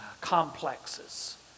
complexes